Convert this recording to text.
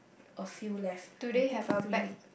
a few less I think three